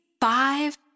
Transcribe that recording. five